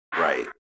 Right